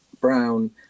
Brown